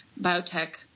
biotech